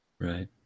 Right